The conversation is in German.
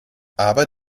aber